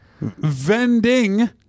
Vending